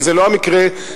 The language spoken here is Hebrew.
אבל זה לא המקרה שלפנינו.